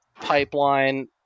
pipeline